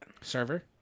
Server